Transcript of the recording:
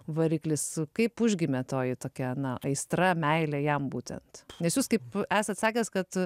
variklis kaip užgimė toji tokia na aistra meilė jam būtent nes jūs kaip esat sakęs kad